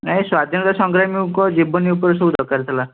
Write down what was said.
ନାହିଁ ସ୍ଵାଧୀନତା ସଂଗ୍ରାମୀଙ୍କ ଜୀବନୀ ଉପରେ ସବୁ ଦରକାର ଥିଲା